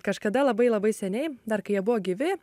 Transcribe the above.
kažkada labai labai seniai dar kai jie buvo gyvi